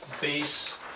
base